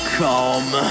come